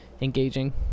engaging